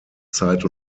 zeit